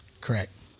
Correct